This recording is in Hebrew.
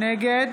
נגד